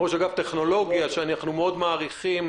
מה התייחסותך?